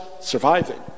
surviving